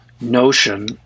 Notion